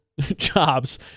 jobs